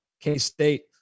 K-State